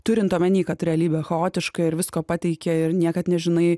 turint omeny kad realybė chaotiška ir visko pateikia ir niekad nežinai